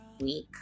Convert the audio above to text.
week